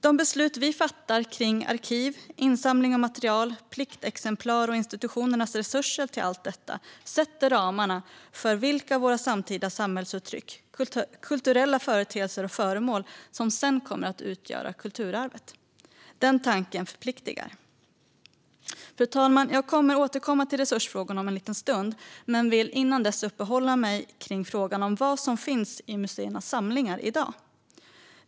De beslut vi fattar om arkiv, insamling av material, pliktexemplar och institutionernas resurser till allt detta sätter ramarna för vilka av våra samtida samhällsuttryck, kulturella företeelser och föremål som sedan kommer utgöra kulturarvet. Den tanken förpliktar. Fru talman! Jag kommer att återkomma till resursfrågorna om en liten stund men vill innan dess uppehålla mig kring frågan om vad som finns i museernas samlingar i dag.